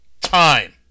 time